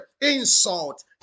insult